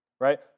Right